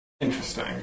Interesting